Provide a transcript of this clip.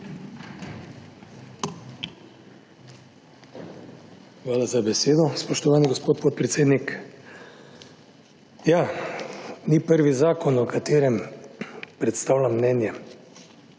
Hvala za besedo, spoštovan gospod podpredsednik. Ja, ni prvi zakon, o katerem predstavljam mnenje.